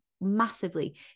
massively